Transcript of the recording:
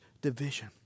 division